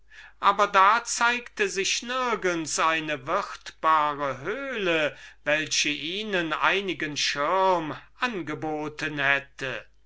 aber da zeigte sich nirgends keine wirtschaftliche höhle welche ihnen einigen schirm angeboten hätte